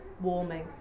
warming